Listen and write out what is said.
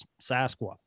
sasquatch